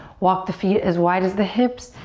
walk the feet as wide as the hips.